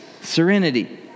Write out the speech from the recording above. serenity